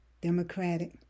Democratic